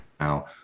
now